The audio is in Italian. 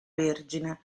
vergine